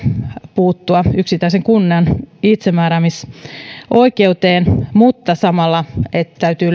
puuttua yksittäisen kunnan itsemääräämisoikeuteen mutta samalla täytyy